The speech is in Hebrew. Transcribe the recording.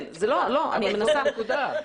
לא, אני מנסה --- אבל זאת נקודה.